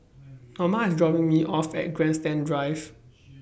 Norma IS dropping Me off At Grandstand Drive